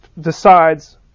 decides